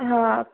हा